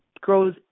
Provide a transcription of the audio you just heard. grows